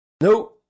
No